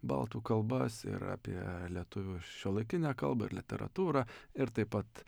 baltų kalbas ir apie lietuvių šiuolaikinę kalbą ir literatūrą ir taip pat